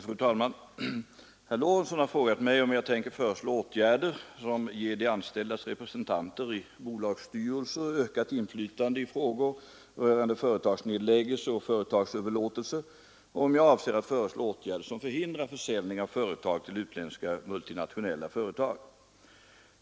Fru talman! Herr Lorentzon har frågat mig om jag tänker föreslå åtgärder som ger de anställdas representanter i bolagsstyrelser ökat inflytande i frågor rörande företagsnedläggelser och företagsöverlåtelser och om jag avser att föreslå åtgärder som förhindrar försäljning av företag till utländska multinationella företag.